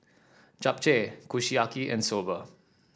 Japchae Kushiyaki and Soba